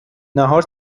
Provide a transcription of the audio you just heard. نهار